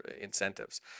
incentives